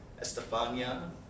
Estefania